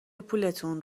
پولتون